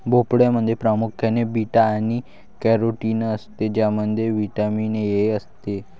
भोपळ्यामध्ये प्रामुख्याने बीटा आणि कॅरोटीन असते ज्यामध्ये व्हिटॅमिन ए असते